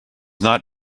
not